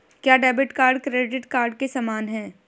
क्या debit card credit card के समान है?